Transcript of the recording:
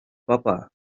papa